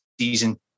season